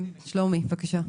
שלומי, בבקשה.